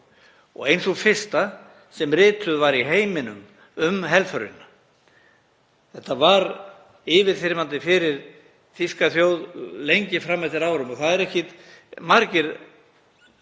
og ein sú fyrsta sem rituð var í heiminum um helförina. Þetta var yfirþyrmandi fyrir þýska þjóð lengi fram eftir árum og það eru ekki margir